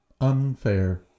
Unfair